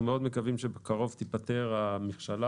אנחנו מקווים מאוד שבקרוב תיפתר המכשלה